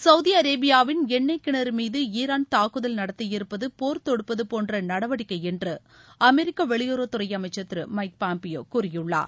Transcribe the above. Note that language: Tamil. சவுதி அரேபியாவின் எண்ணெய் கிணறு மீது ஈரான் தாக்குதல் நடத்தியிருப்பது போர் தொடுப்பது போன்ற நடவடிக்கை என்ற அமெரிக்க வெளியுறவுத் துறை அமைச்சா் திரு எமக் பாம்பியோ கூறியுள்ளார்